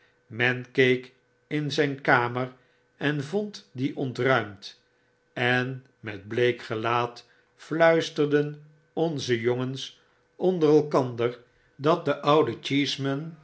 men keek in zjjn kamer en vond die ontruimd en met bleek gelaat fluisterden onze jongens onder elkander dat de